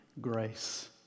grace